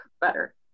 better